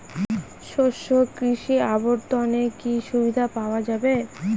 শস্য কৃষি অবর্তনে কি সুবিধা পাওয়া যাবে?